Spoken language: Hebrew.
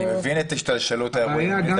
אני מבין את השתלשלות האירועים,